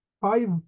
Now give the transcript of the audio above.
five